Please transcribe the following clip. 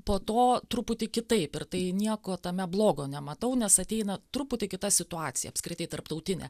po to truputį kitaip ir tai nieko tame blogo nematau nes ateina truputį kita situacija apskritai tarptautinė